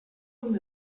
zum